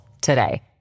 today